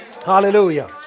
Hallelujah